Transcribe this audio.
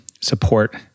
support